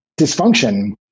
dysfunction